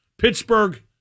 Pittsburgh